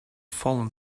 fallen